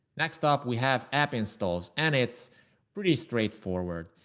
next up, we have app installs and it's pretty straightforward.